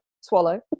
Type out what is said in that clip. swallow